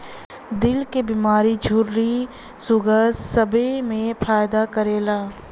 दिल क बीमारी झुर्री सूगर सबे मे फायदा करेला